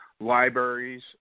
libraries